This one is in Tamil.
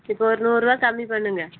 இப்போ ஒரு நூறுபா கம்மி பண்ணுங்கள்